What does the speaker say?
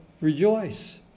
rejoice